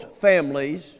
families